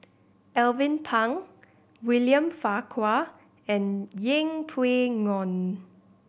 Alvin Pang William Farquhar and Yeng Pway Ngon